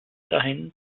dahin